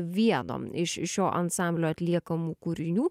vieno iš šio ansamblio atliekamų kūrinių